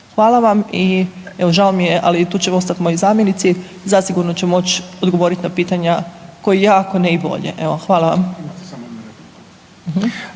Hvala vam i, evo, žao mi je, ali tu će ostati moji zamjenici, zasigurno će moći odgovoriti na pitanja kao i ja, ako ne i bolje. Evo, hvala vam.